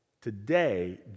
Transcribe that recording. today